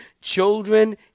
children